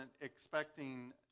expecting